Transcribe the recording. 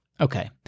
Okay